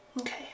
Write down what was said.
Okay